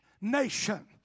nation